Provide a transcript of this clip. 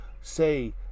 say